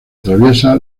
atraviesa